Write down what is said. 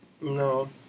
No